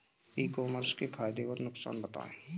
ई commerce के फायदे और नुकसान बताएँ?